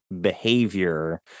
behavior